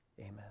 Amen